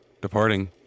departing